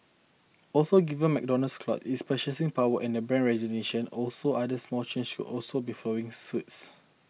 also given McDonald's clout its purchasing power and brand recognition also other small chains should also be following suits